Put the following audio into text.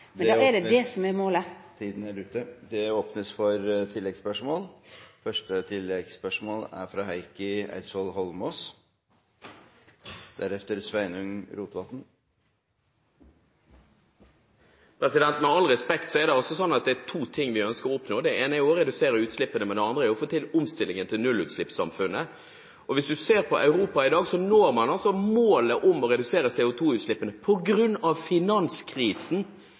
Da er det det som er målet. Det blir oppfølgingsspørsmål – først Heikki Eidsvoll Holmås. Med all respekt er det sånn at det er to ting vi ønsker å oppnå. Det ene er å redusere utslippene, men det andre er å få til omstillingen til nullutslippssamfunnet. Hvis man ser på Europa i dag, når man målet om å redusere CO2-utslippene på grunn av finanskrisen.